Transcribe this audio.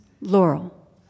Laurel